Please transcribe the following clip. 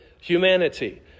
humanity